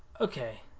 okay